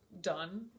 done